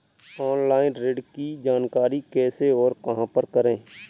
Online ऋण की जानकारी कैसे और कहां पर करें?